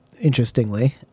Interestingly